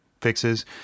fixes